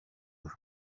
ubu